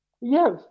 yes